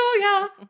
hallelujah